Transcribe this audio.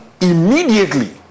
immediately